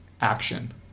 action